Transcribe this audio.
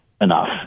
enough